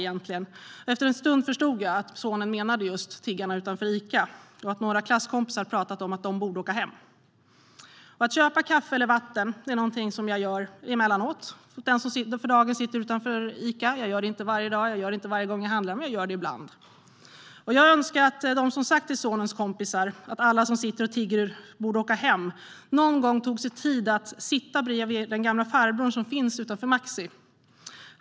Men efter en stund förstod jag att sonen menar tiggarna utanför Ica och att några klasskompisar sagt att de tycker att de borde åka hem. Att köpa en kaffe eller vatten till den som för dagen sitter utanför Ica är något jag gör emellanåt. Jag gör det inte varje dag eller varje gång jag handlar, men jag gör det ibland. Jag önskar att de som sagt till sonens kompisar att alla som sitter och tigger borde åka hem någon gång tog sig tid att sitta bredvid den gamla farbrorn som finns utanför Maxi.